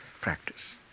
practice